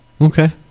okay